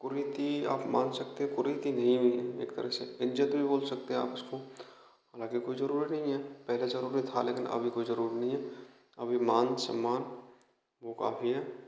कुरीति आप मान सकते हैं ये कुरीति नहीं है एक तरह से इज्ज़त भी बोल सकते हैं इसको हाँलाकि कोई जरूरी नही है पहले जरूरी था अभी कोई जरूरी नहीं है अभी मान सम्मान वो काफी है